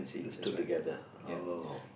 these two together oh